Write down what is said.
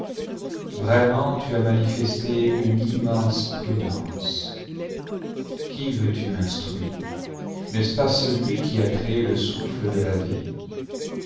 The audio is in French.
vraiment tu as manifesté une immense prudence qui veux-tu instruire n'est-ce pas celui qui a créé le souffle de la vie